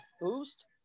boost